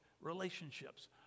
Relationships